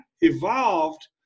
evolved